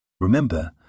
Remember